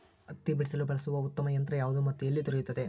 ಹತ್ತಿ ಬಿಡಿಸಲು ಬಳಸುವ ಉತ್ತಮ ಯಂತ್ರ ಯಾವುದು ಮತ್ತು ಎಲ್ಲಿ ದೊರೆಯುತ್ತದೆ?